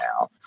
now